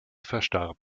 verstarb